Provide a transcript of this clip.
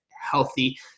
healthy